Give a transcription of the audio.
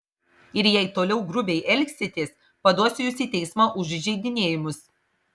ir jei toliau grubiai elgsitės paduosiu jus į teismą už įžeidinėjimus